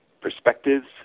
perspectives